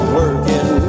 working